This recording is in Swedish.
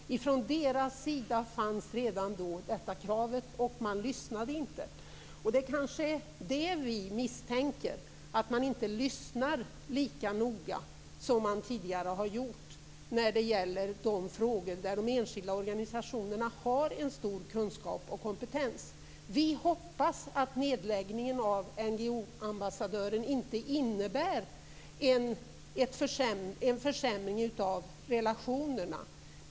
De hade redan då ställt detta krav, men man lyssnade inte. Det är det vi misstänker, att man inte lyssnar lika noga som man tidigare har gjort när det gäller de frågor där de enskilda organisationerna har en stor kunskap och kompetens. Vi hoppas att nedläggningen av NGO ambassadören inte innebär en försämring av relationerna.